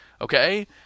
okay